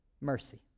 Mercy